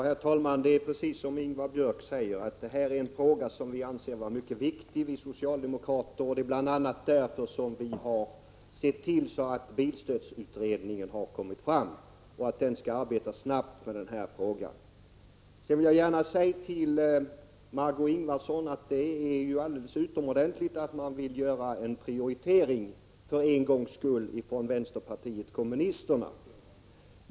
Herr talman! Det är precis som Ingvar Björk säger att det här är en fråga som vi socialdemokrater anser vara mycket viktig. Det är bl.a. därför som vi har sett till att bilstödsutredningen tillsatts och att den skall arbeta snabbt med denna fråga. Jag vill gärna säga till Margö Ingvardsson att det är alldeles utomordentligt bra att man från vpk för en gångs skull vill göra en prioritering.